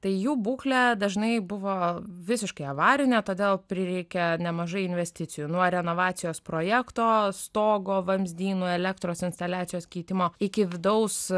tai jų būklė dažnai buvo visiškai avarinė todėl prireikė nemažai investicijų nuo renovacijos projekto stogo vamzdynų elektros instaliacijos keitimo iki vidaus